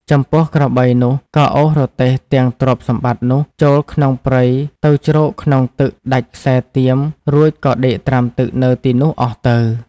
ចំពោះក្របីនោះក៏អូសរទេះទាំងទ្រព្យសម្បត្តិនោះចូលក្នុងព្រៃទៅជ្រកក្នុងទឹកដាច់ខ្សែទាមរួចក៏ដេកត្រាំទឹកនៅទីនោះអស់ទៅ។